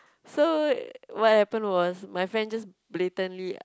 so what happen was my friend just blatantly